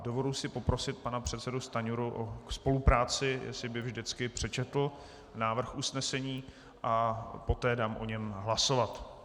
Dovoluji si poprosit pana předsedu Stanjuru o spolupráci, jestli by vždycky přečetl návrh usnesení, a poté dám o něm hlasovat.